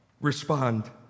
respond